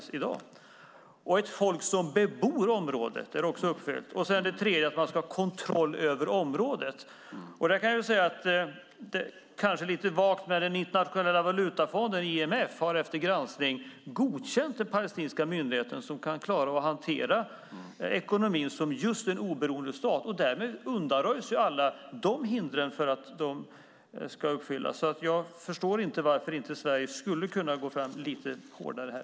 Det är vidare ett folk som bebor området, och det är också uppfyllt. Det tredje är att man ska ha kontroll över området. Det är kanske lite vagt, men Internationella valutafonden, IMF, har efter granskning godkänt den palestinska myndigheten och sagt att den kan klara att hantera ekonomin som en oberoende stat. Därmed undanröjs alla de hindren. Jag förstår inte varför inte Sverige skulle kunna gå fram lite hårdare här.